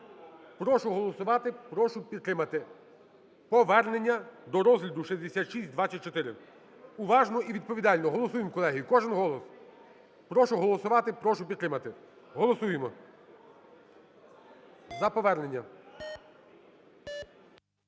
Прошу проголосувати, прошу підтримати повернення до розгляду 6624. Уважно і відповідально голосуємо, колеги, кожен голос. Прошу голосувати, прошу підтримати. Голосуємо за повернення.